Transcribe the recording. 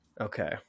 Okay